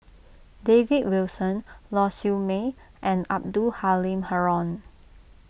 David Wilson Lau Siew Mei and Abdul Halim Haron